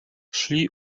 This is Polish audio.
szli